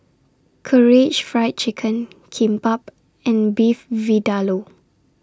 Karaage Fried Chicken Kimbap and Beef Vindaloo